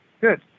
Good